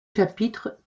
chapitres